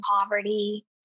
poverty